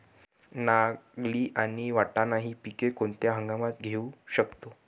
नागली आणि वाटाणा हि पिके कोणत्या हंगामात घेऊ शकतो?